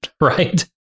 right